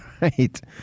right